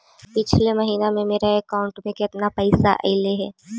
पिछले महिना में मेरा अकाउंट में केतना पैसा अइलेय हे?